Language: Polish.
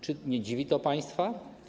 Czy nie dziwi to państwa?